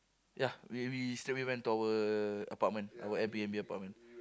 ya we we straightaway went to our apartment our Air-B_N_B apartment